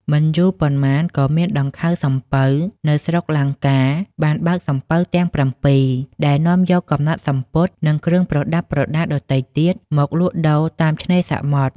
មិនយូរប៉ុន្មានក៏មានដង្ខៅសំពៅនៅស្រុកលង្កា បានបើកសំពៅទាំង ៧ ដែលនាំយកកំណាត់សំពត់ និង គ្រឿងប្រដាប់ប្រដារដទៃទៀត មកលក់ដូរតាមឆ្នេរសមុទ្រ ។